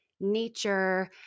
nature